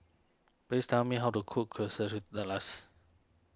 please tell me how to cook Quesadillas